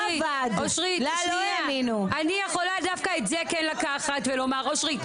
אושרית שנייה אני יכולה דווקא את זה כן לקחת ולומר אושרית,